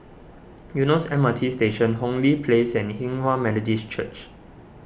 Eunos M R T Station Hong Lee Place and Hinghwa Methodist Church